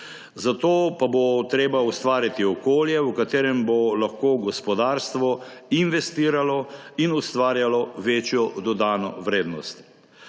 Zato pa bo treba ustvariti okolje, v katerem bo lahko gospodarstvo investiralo in ustvarjalo večjo dodano vrednost.